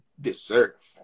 Deserve